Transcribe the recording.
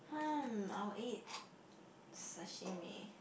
um I will eat sashimi